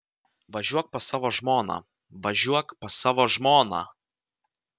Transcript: važiuok pas savo žmoną važiuok pas savo žmoną